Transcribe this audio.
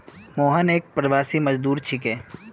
मोहन एक प्रवासी मजदूर छिके